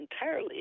entirely